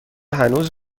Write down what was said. هنوز